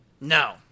No